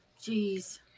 Jeez